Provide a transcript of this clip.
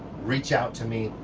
reach out to me,